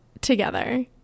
together